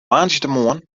woansdeitemoarn